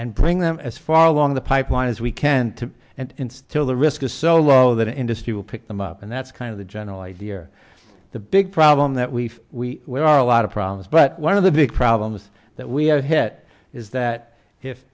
and bring them as far along the pipeline as we can to and instill the risk is so low that an industry will pick them up and that's kind of the general idea or the big problem that we've we are a lot of problems but one of the big problems that we have hit is that if